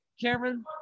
Cameron